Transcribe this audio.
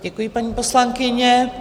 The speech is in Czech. Děkuji, paní poslankyně.